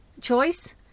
Choice